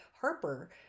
harper